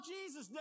Jesus